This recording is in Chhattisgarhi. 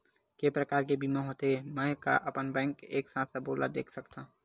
के प्रकार के बीमा होथे मै का अपन बैंक से एक साथ सबो ला देख सकथन?